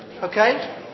Okay